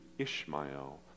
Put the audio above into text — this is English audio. Ishmael